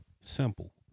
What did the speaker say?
simple